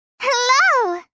Hello